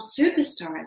superstars